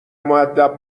مودب